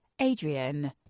Adrian